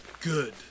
Good